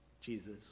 Jesus